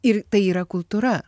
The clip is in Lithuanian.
ir tai yra kultūra